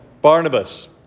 Barnabas